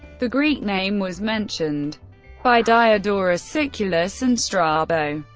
the greek name was mentioned by diodorus siculus and strabo.